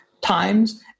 times